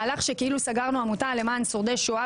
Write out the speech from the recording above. מהלך שכאילו סגרנו עמותה למען שורדי שואה,